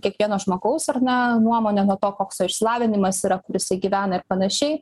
kiekvieno žmogaus ar ne nuomonė nuo to koks jo išsilavinimas yra kur jisai gyvena ir panašiai